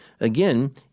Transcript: Again